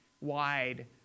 wide